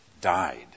died